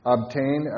obtain